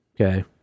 Okay